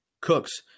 cooks